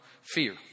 fear